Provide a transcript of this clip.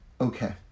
Okay